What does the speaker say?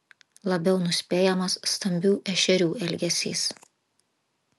labiau nuspėjamas stambių ešerių elgesys